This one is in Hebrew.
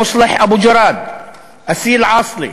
מוסלח אבו ג'ראד, אסיל עאסלה,